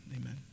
amen